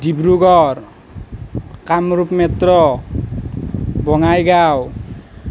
Dibrugarh Kamrup metro Bongaigaon